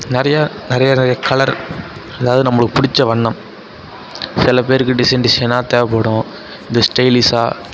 நிறையா நிறையா நிறையா கலர் அதாவது நம்மளுக்கு பிடிச்ச வண்ணம் சில பேருக்கு டிசைன் டிசைனாக தேவைப்படும் இது ஸ்டைலிஷாக